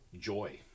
joy